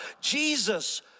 Jesus